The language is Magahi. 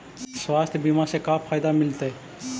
स्वास्थ्य बीमा से का फायदा मिलतै?